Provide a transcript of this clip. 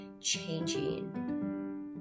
changing